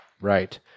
Right